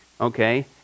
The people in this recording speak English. Okay